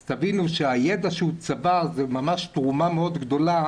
אז תבינו שהידע שהוא צבר זה ממש תרומה מאוד גדולה